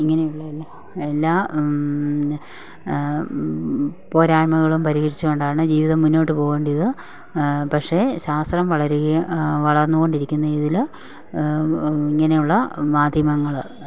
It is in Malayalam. ഇങ്ങനെയുള്ള എല്ലാ പോരായ്മകളും പരിഹരിച്ചു കൊണ്ടാണ് ജീവിതം മുന്നോട്ട് പോവേണ്ടത് പക്ഷെ ശാസ്ത്രം വളരുക വളർന്നു കൊണ്ടിരിക്കുന്ന ഇതിൽ ഇങ്ങനെയുള്ള മാധ്യമങ്ങൾ